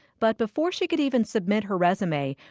but before she could even submit her resume,